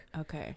Okay